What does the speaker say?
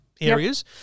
areas